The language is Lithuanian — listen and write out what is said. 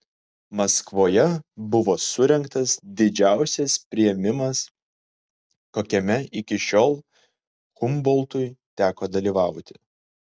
maskvoje buvo surengtas didžiausias priėmimas kokiame iki šiol humboltui teko dalyvauti